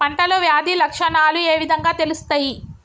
పంటలో వ్యాధి లక్షణాలు ఏ విధంగా తెలుస్తయి?